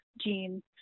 gene